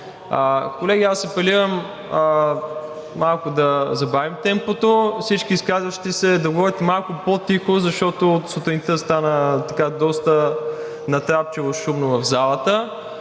Колеги, апелирам малко да забавим темпото. Всички изказващи се да говорят малко по-тихо, защото от сутринта стана доста натрапчиво шумно в залата.